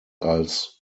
als